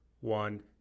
one